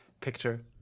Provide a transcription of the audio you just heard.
picture